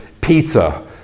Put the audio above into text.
Peter